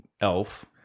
Elf